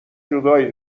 جدایی